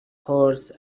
horse